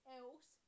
else